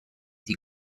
die